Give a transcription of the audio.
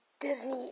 Disney